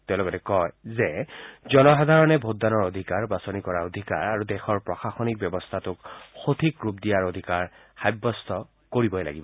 তেওঁ লগতে কয় জনসাধাৰণে ভোটদানৰ অধিকাৰ বাছনি কৰাৰ অধিকাৰ আৰু দেশৰ প্ৰশাসনিক ব্যৱস্থাটোক সঠিক ৰূপ দিয়াৰ অধিকাৰ সাব্যস্ত কৰিব লাগিব